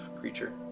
creature